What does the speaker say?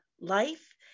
life